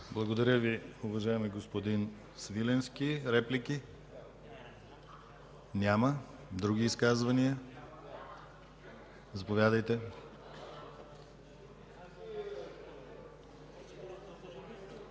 Благодаря Ви, уважаеми господин Свиленски. Реплики? Няма. Други изказвания? Заповядайте.